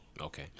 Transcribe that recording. Okay